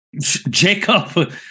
Jacob